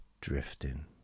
drifting